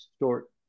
short